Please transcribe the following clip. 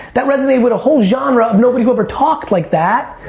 that resonated with a whole genre of nobody who ever talked like that.